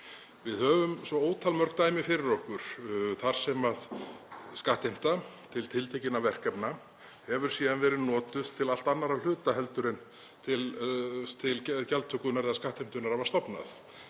Við höfum svo ótal mörg dæmi fyrir okkur þar sem skattheimta til tiltekinna verkefna hefur síðan verið notuð til allt annarra hluta en gjaldtakan eða skattheimtan var stofnuð